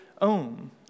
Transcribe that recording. own